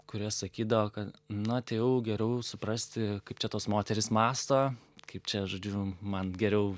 kurie sakydavo kad na atėjau geriau suprasti kaip čia tos moterys mąsto kaip čia žodžiu man geriau